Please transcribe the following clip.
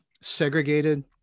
segregated